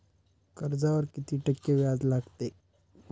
कर्जावर किती टक्के व्याज लागते?